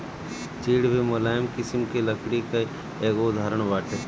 चीड़ भी मुलायम किसिम के लकड़ी कअ एगो उदाहरण बाटे